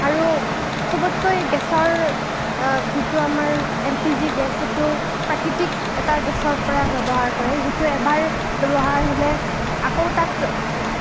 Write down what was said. আৰু চবতকৈ গেছৰ যিটো আমাৰ এল পি জি গেছ সেইটো প্ৰাকৃতিক এটা গেছৰপৰা ব্যৱহাৰ কৰে যিটো এবাৰ ব্যৱহাৰ হ'লে আকৌ তাক